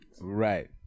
Right